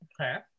okay